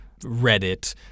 Reddit